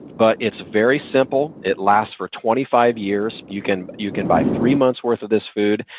but it's very simple. it lasts for twenty five years. you can you can buy three months' worth of this food.